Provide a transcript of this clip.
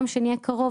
יום שני הקרוב,